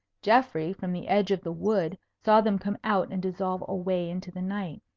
geoffrey, from the edge of the wood, saw them come out and dissolve away into the night.